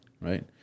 right